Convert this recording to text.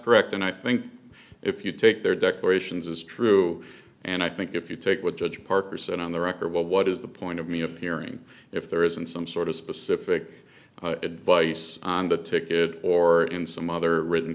correct and i think if you take their declarations as true and i think if you take what judge parker said on the record well what is the point of me appearing if there isn't some sort of specific advice on the ticket or in some other written